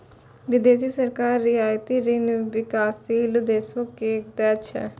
बिदेसी सरकार रियायती ऋण बिकासशील देसो के दै छै